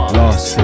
lost